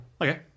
Okay